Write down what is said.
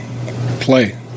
play